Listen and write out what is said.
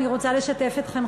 אני רוצה לשתף אתכם,